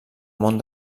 món